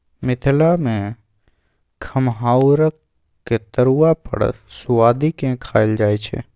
मिथिला मे खमहाउरक तरुआ बड़ सुआदि केँ खाएल जाइ छै